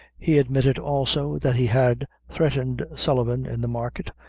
he admitted also that he had threatened sullivan in the market,